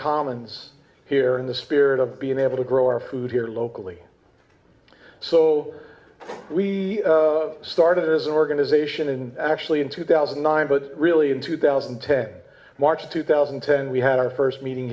commons here in the spirit of being able to grow our food here locally so we started as an organization in actually in two thousand and nine but really in two thousand and ten march of two thousand and ten we had our first meeting